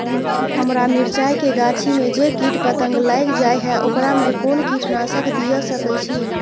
हमरा मिर्चाय के गाछी में जे कीट पतंग लैग जाय है ओकरा में कोन कीटनासक दिय सकै छी?